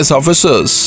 officers